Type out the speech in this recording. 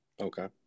Okay